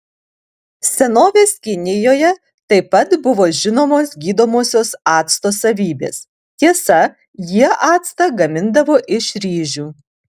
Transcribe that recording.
senovės kinijoje taip pat buvo žinomos gydomosios acto savybės tiesa jie actą gamindavo iš ryžių